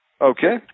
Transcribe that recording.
Okay